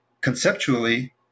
conceptually